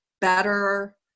better